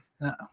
No